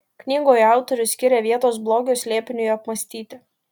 knygoje autorius skiria vietos blogio slėpiniui apmąstyti